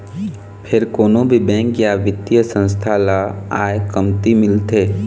फेर कोनो भी बेंक या बित्तीय संस्था ल आय कमती मिलथे